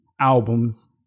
albums